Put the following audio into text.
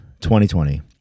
2020